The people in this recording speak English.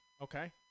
Okay